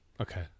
Okay